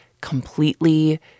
completely